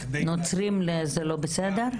נוצרים זה לא בסדר?